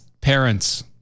parents